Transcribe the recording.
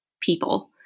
people